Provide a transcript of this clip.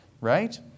right